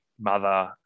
mother